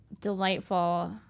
delightful